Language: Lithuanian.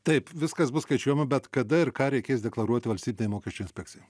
taip viskas bus skaičiuojama bet kada ir ką reikės deklaruot valstybinei mokesčių inspekcijai